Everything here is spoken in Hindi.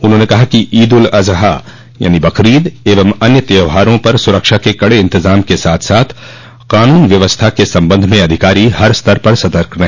उन्होंने कहा कि ईद उल अजहा बकरीद एवं अन्य त्योहारों पर सुरक्षा के कड़े इंतजाम के साथ साथ कानून व्यवस्था के संबंध में अधिकारी हर स्तर पर सतर्क रहे